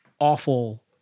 awful